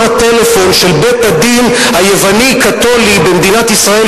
הטלפון של בית-הדין היווני-קתולי במדינת ישראל,